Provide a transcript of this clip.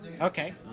Okay